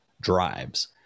drives